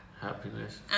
happiness